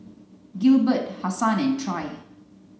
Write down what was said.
Gilbert Hassan and Trey